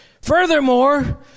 Furthermore